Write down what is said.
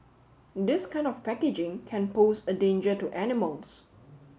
this kind of packaging can pose a danger to animals